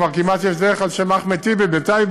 כבר כמעט יש דרך על שם אחמד טיבי בטייבה,